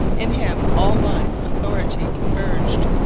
in him all lines of authority converged.